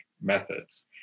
methods